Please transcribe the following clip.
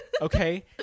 Okay